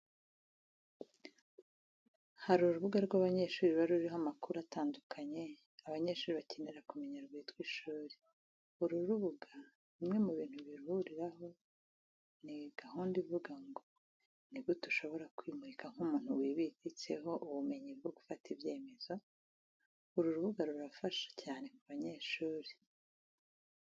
Hari urubuga rw'abanyeshuri ruba ruriho amakuru atandukanye abanyeshuri bakenera kumenya rwitwa Ishuri. Uru rubuga bimwe mu bintu biruriho ni gahunda ivuga ngo " Ni gute ushobora kwimurika nk'umuntu wibitseho ubumenyi bwo gufata ibyemezo?" Uru rubuga rurafasha cyane ku banyeshuri.